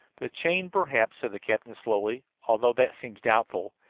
the chain perhaps, said the captain slowly, although that seems doubtful.